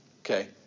okay